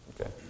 Okay